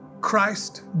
christ